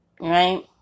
Right